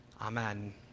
Amen